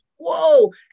whoa